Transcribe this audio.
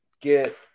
get